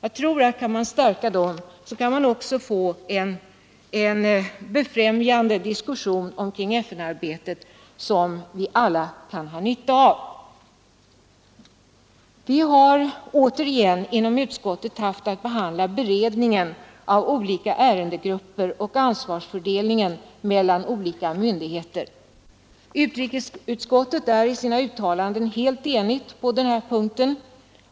Om man kan stärka de resurserna, tror jag att man också kan få en befrämjande diskussion omkring FN:s arbete, en diskussion som vi alla kan ha nytta av. Inom utskottet har vi åter haft att behandla beredningen av olika ärendegrupper och ansvarsfördelningen mellan olika myndigheter. Utrikesutskottet har varit helt enigt i sina uttalanden på den här punkten.